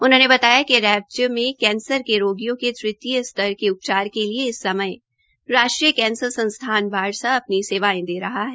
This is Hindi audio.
उन्होंने बताया कि राज्य में कैंसर के लिए रोगियों के तृतीय स्तर के उपचार के लिए इस समय राष्ट्रीय कैंसर संस्थान बाढ़सा अपनी सेवायें दे रहा है